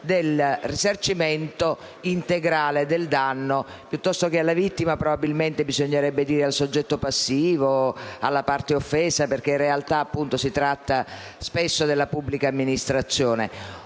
del risarcimento integrale del danno. Piuttosto che di vittima, probabilmente bisognerebbe parlare di soggetto passivo, di parte offesa, perché in realtà si tratta spesso della pubblica amministrazione.